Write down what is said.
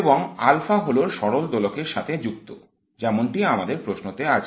এবং আলফা হল সরল দোলকের সাথে যুক্ত যেমনটি আমাদের প্রশ্নতে আছে